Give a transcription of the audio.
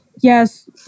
Yes